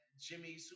Jimmy